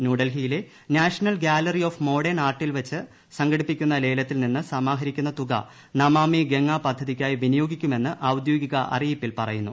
ന്യൂഡൽഹിയിലെ national gallery of modern ആർട്ടിൽ വച്ച് സംഘടിപ്പിക്കുന്നു ല്ലേത്തിൽ നിന്ന് സമാഹരിക്കുന്ന തുക നമാമി ഗംഗാ പദ്ധതിയ്ക്കായി വിനിയോഗിക്കുമെന്ന് ഔദ്യോഗിക അറിയിപ്പിൽ പറയുന്നു